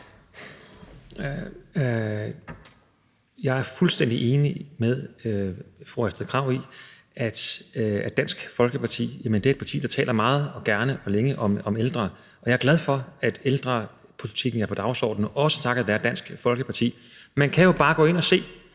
Jeg er fuldstændig enig med social- og indenrigsministeren i, at Dansk Folkeparti er et parti, der taler meget og gerne og længe om de ældre, og jeg er glad for, at ældrepolitikken er på dagsordenen, også takket være Dansk Folkeparti. Man kan jo bare se,